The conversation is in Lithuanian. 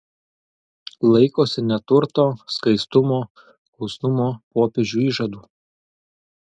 laikosi neturto skaistumo klusnumo popiežiui įžadų